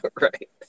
Right